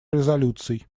резолюций